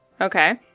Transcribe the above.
Okay